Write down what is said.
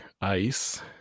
ice